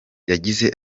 yagize